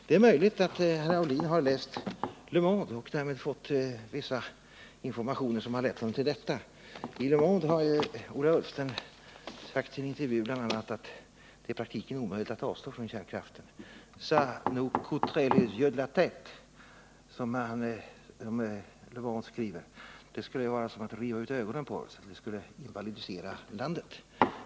Det är möjligt att herr Aulin har läst Le Monde och därvid fått vissa informationer som har lett fram till detta. I Le Monde har ju Ola Ullsten i en intervju bl.a. sagt att det i praktiken är omöjligt att avstå från kärnkraften. ”Cela nous coöterait les yeux de la téte”, skriver Le Monde. Alltså: det skulle vara som att riva ut ögonen på oss, det skulle invalidisera landet.